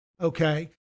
Okay